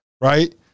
right